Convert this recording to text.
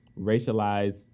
racialized